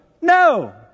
No